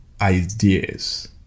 ideas